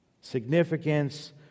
Significance